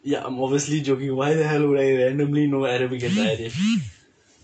ya I'm obviously joking why the hell would I randomly know arabic if I did